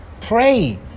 Pray